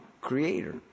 creator